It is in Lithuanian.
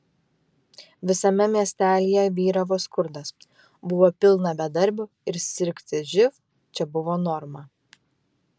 visame miestelyje vyravo skurdas buvo pilna bedarbių ir sirgti živ čia buvo norma